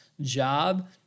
job